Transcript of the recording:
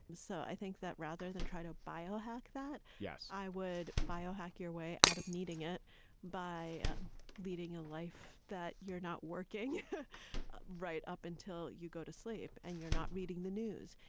so i think that rather than try to biohacking that, yes, i would biohacking your way out of needing it by leading a life that you're not working right up until you go to sleep and you're not reading the news,